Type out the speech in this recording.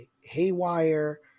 haywire